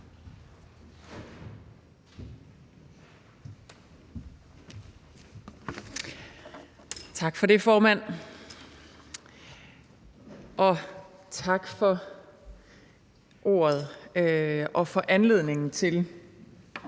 Tak for det, formand. Tak for ordet og for anledningen til